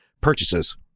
purchases